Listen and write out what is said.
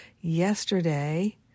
yesterday